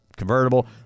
convertible